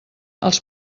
els